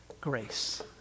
Grace